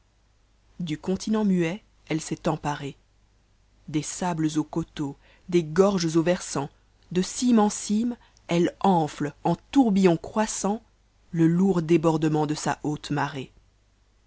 du continent muet elle s'est emparée des sables aux coteaux des gorges aux versants de cime en c me elle enne en tourbillons croissants le lourd débordement de sa haate ma